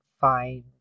find